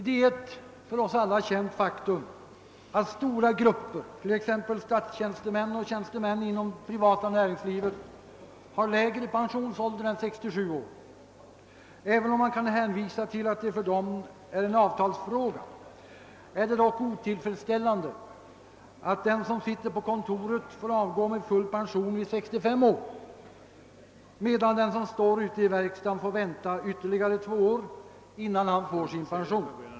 Det är ett för oss alla känt faktum att stora grupper, till exempel statstjänstemän och tjänstemän inom det privata näringslivet, har lägre pensionsålder än 67 år. även om man kan hänvisa till att detta för dem är en avtalsfråga är det dock otillfredsställande att den som sitter på kontoret får avgå med full pension vid 65 år, medan den som står ute i verkstaden får vänta ytterligare två år innan han får sin pension.